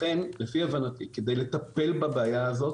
לכן להבנתי, על מנת לטפל בבעיה הזו,